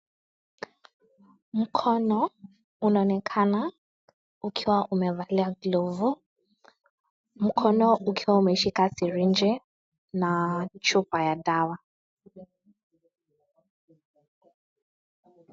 Mkono unaonekana ukiwa umevalia glovu, mkono ukiwa umeshika sirinji, na chupa ya dawa.